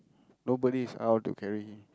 nobody is allowed to carry him